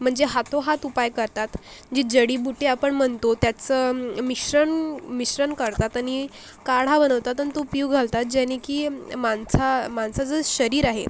म्हणजे हातोहात उपाय करतात जी जडीबुटी आपण म्हणतो त्याचं मिश्रण मिश्रण करतात आणि काढा बनवतात आणि तो पिऊ घालतात ज्याने की माणसा माणसाचं शरीर आहे